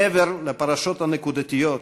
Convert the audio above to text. מעבר לפרשות הנקודתיות,